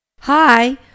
Hi